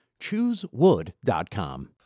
Choosewood.com